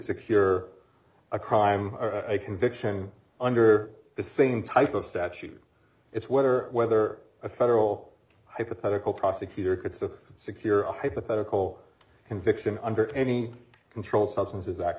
secure a crime or a conviction under the same type of statute it's whether whether a federal hypothetical prosecutor could so secure a hypothetical conviction under any controlled substances act